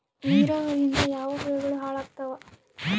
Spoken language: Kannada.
ನಿರಾವರಿಯಿಂದ ಯಾವ ಬೆಳೆಗಳು ಹಾಳಾತ್ತಾವ?